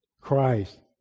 Christ